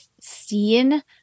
seen